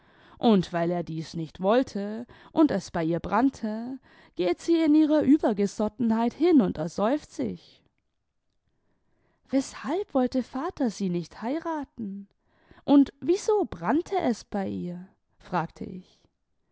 und weil er dies nicht wollte und es bei ihr brannte geht sie in ihrer übergesottenheit hin und ersäuft sich weshalb wollte vater sie nicht heiraten tmd wieso brannte es bei ihr fragte ich